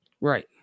right